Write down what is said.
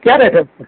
क्या रेट है उसका